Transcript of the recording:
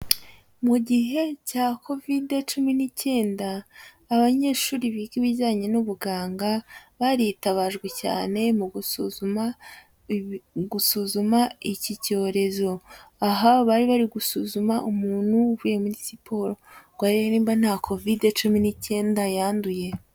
Mu gihe cya covid cumi n'icyenda, abanyeshuri biga ibijyanye n'ubuganga, baritabajwe cyane mu gusuzuma gusuzuma iki cyorezo. Aha bari bari gusuzuma umuntu uvuye muri siporo, ngo barebe nimba nta covid cumi n'icyenda yanduye.